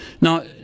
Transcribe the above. Now